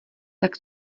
tak